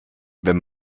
wenn